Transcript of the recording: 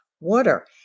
water